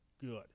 good